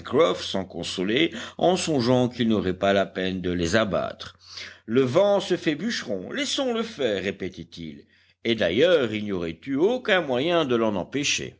s'en consolait en songeant qu'il n'aurait pas la peine de les abattre le vent se fait bûcheron laissons-le faire répétait-il et d'ailleurs il n'y aurait eu aucun moyen de l'en empêcher